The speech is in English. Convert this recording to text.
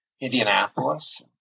Indianapolis